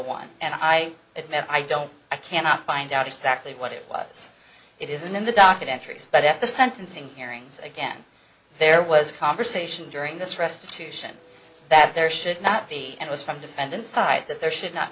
one and i admit i don't i cannot find out exactly what it was it isn't in the docket entries but at the sentencing hearings again there was conversation during this restitution that there should not be and was from defendant side that there should not